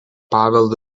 paveldo